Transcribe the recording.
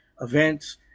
events